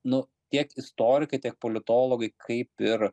nu tiek istorikai tiek politologai kaip ir